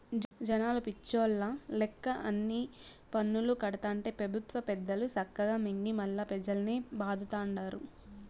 జనాలు పిచ్చోల్ల లెక్క అన్ని పన్నులూ కడతాంటే పెబుత్వ పెద్దలు సక్కగా మింగి మల్లా పెజల్నే బాధతండారు